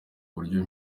buryo